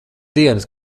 dienas